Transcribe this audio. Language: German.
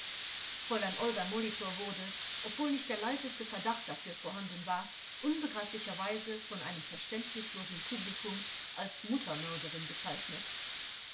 fräulein olga molitor wurde obwohl nicht der leiseste verdacht dafür vorhanden war unbegreiflicherweise von einem verständnislosen publikum als muttermörderin bezeichnet